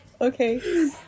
Okay